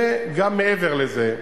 וגם מעבר לזה,